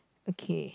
okay